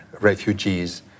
refugees